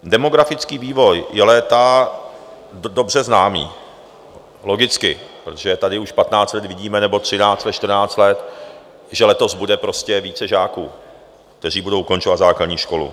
Demografický vývoj je léta dobře známý, logicky, protože tady už patnáct let vidíme, nebo třináct let, čtrnáct let, že letos bude prostě více žáků, kteří budou ukončovat základní školu.